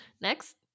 next